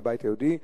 הבית היהודי,